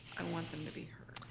and want them to be heard.